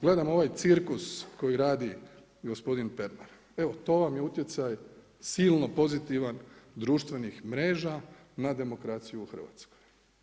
Gledam ovaj cirkus koji radi gospodin Pernar, evo to vam je utjecaj silno pozitivan, društvenih mreža na demokraciju u Hrvatskoj.